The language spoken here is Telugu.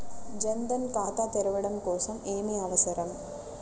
జన్ ధన్ ఖాతా తెరవడం కోసం ఏమి అవసరం?